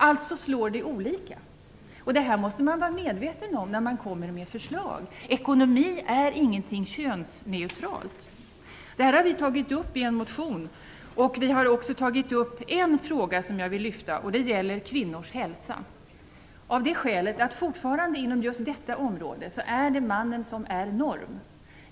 Alltså slår nedskärningarna olika. Detta måste man vara medveten om när man lägger fram förslag. Ekonomin är inte könsneutral. Det här har vi tagit upp i en motion. Jag vill också lyfta fram en annan fråga som vi har aktualiserat, nämligen kvinnors hälsa. Fortfarande är det inom detta område mannen som är norm.